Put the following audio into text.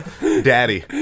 Daddy